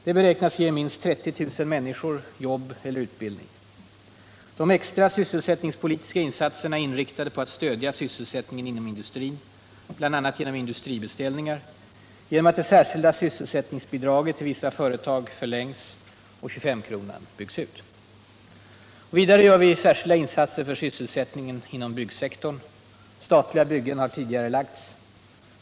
Det beräknas ge minst 30 000 människor jobb eller utbildning. De extra sysselsättningspolitiska insatserna är inriktade på att stödja sysselsättningen inom industrin, bl.a. genom industribeställningar, genom att det särskilda sysselsättningsbidraget till vissa företag förlängs och 25-kronan byggs ut. Vidare gör vi särskilda insatser för sysselsättningen inom byggsektorn. Statliga byggen har tidigarelagts.